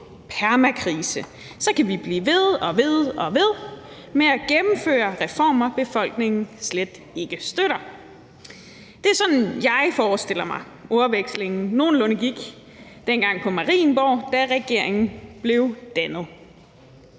permakrise, for så kan vi blive ved og ved med at gennemføre reformer, befolkningen slet ikke støtter. Det er sådan, jeg forestiller mig ordvekslingen nogenlunde gik dengang på Marienborg, da regeringen blev dannet.